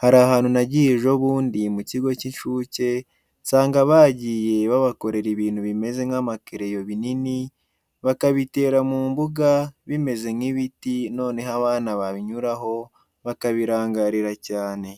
Hari ahantu nagiye ejo bundi mu kigo cy'inshuke nsanga bagiye babakorera ibintu bimeze nk'amakereyo binini bakabitera mu mbuga bimeze nk'ibiti noneho abana babinyuraho bakabirangarira cyane.